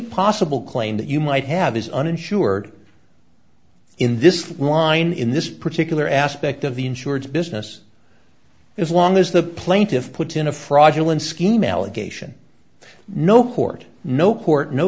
possible claim that you might have is uninsured in this wind in this particular aspect of the insurance business as long as the plaintiffs put in a fraudulent scheme allegation no court no court no